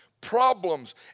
problems